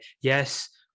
yes